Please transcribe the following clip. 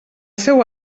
seu